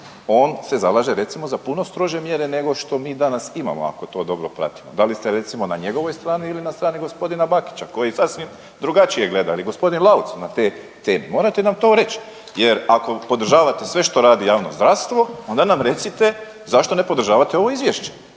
On se zalaže recimo za puno strože mjere nego što mi danas imamo ako to dobro pratimo. Da li ste recimo na njegovoj strani ili na strani g. Bakića koji sasvim drugačije gleda ili g. Lauc u odnosu na teme, morate nam to reć jer ako podržavate sve što radi javno zdravstvo onda nam recite zašto ne podržavate ovo izvješće